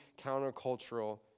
countercultural